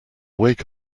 wake